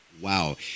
Wow